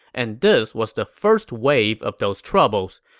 and this was the first wave of those troubles.